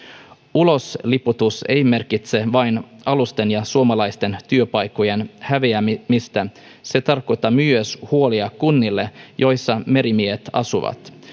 ulosliputus ei merkitse vain alusten ja suomalaisten työpaikkojen häviämistä se tarkoittaa myös huolia kunnille joissa merimiehet asuvat